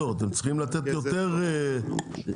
אוקיי.